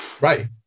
Right